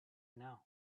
know